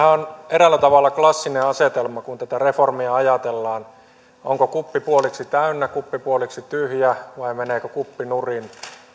on eräällä tavalla klassinen asetelma kun tätä reformia ajatellaan onko kuppi puoliksi täynnä puoliksi tyhjä vai meneekö kuppi nurin